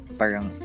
parang